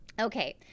Okay